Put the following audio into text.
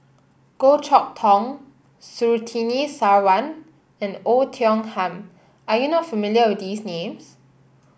Goh Chok Tong Surtini Sarwan and Oei Tiong Ham are you not familiar with these names